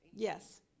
Yes